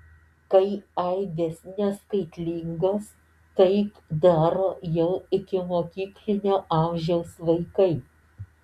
kai aibės neskaitlingos taip daro jau ikimokyklinio amžiaus vaikai